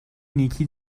نیکی